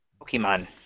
Pokemon